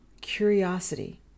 curiosity